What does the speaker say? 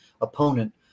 opponent